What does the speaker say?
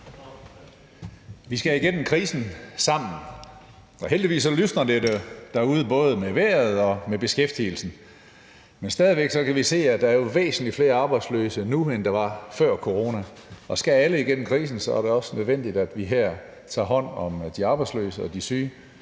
Vi skal igennem krisen sammen. Heldigvis lysner det derude, både med vejret og med beskæftigelsen. Men stadig væk kan vi se, at der er væsentlig flere arbejdsløse nu, end der var før corona. Skal alle igennem krisen, er det også nødvendigt, at vi her tager hånd om de arbejdsløse og de syge